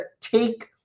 take